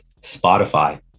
Spotify